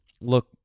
look